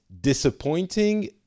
disappointing